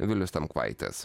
vilius tamkvaitis